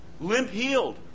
Limp-healed